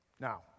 Now